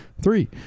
three